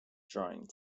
drawing